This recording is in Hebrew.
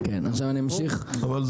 ואם